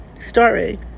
story